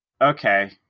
Okay